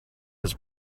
his